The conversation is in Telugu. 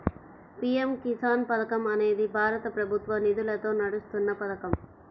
పీ.ఎం కిసాన్ పథకం అనేది భారత ప్రభుత్వ నిధులతో నడుస్తున్న పథకం